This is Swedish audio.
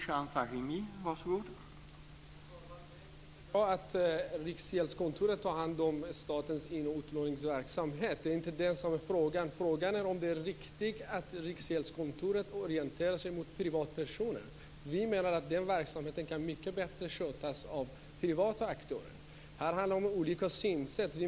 Herr talman! Det är mycket bra att Riksgäldskontoret har hand om statens in och utlåningsverksamhet, det är inte det som är frågan. Frågan är om det är riktigt att Riksgäldskontoret orienterar sig mot privatpersoner. Vi anser att den verksamheten mycket bättre kan skötas av privata aktörer. Här har vi olika synsätt.